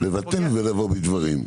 לבטל ולבוא בדברים.